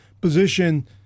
position